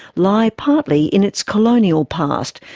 lie partly in its colonial past,